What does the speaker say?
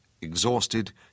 Exhausted